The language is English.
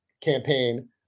campaign